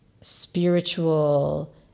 spiritual